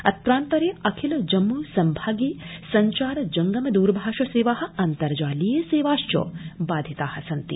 अअ्रान्तरे अखिल जम्मू संभागे संचार जंगम द्रभाष सेवा अन्तर्जालीय सेवाश्च बाधिता सन्ति